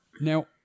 Now